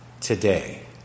today